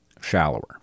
shallower